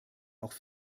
auch